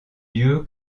lieu